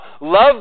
love